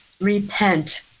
Repent